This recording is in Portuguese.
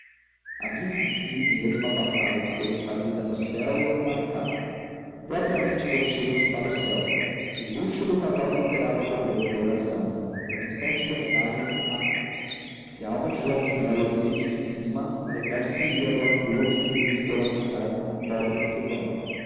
a missa em si mesma bastava que fosse sabida no céu e em maricá propriamente vestiram se para o céu o luxo do casal temperava a pobreza da oração era uma espécie de homenagem ao finado se a alma de joão de melo os visse de cima alegrar se ia do apuro em que eles foram rezar por um pobre escrivão